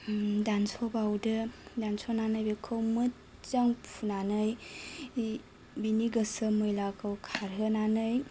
दानस'बावदो दानस'नानै बेखौ मोजां फुनानै बेनि गोसोम मैलाखौ खारहोनानै